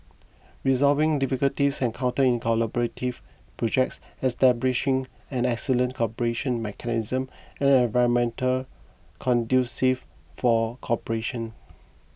resolving difficulties encountered in collaborative projects establishing an excellent cooperation mechanism and an environment conducive for cooperation